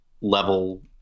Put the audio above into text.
level